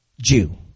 Jew